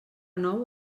nou